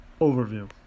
overview